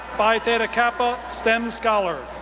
phi theta kappa, stem scholar.